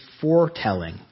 foretelling